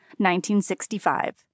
1965